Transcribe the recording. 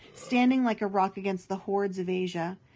standing like a rock against the hordes of asia,